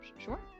Sure